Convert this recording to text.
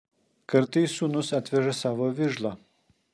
kartais sūnus atveža savo vižlą